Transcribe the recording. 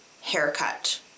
haircut